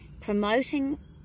promoting